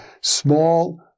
small